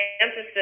emphasis